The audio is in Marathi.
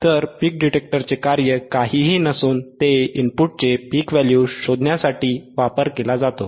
तर पीक डिटेक्टरचे कार्य काहीही नसून ते इनपुटचे पीक व्हॅल्यू शोधण्यासाठी वापर केला जातो